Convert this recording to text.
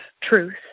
truth